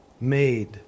made